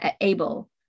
able